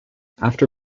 after